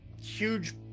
huge